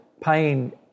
pain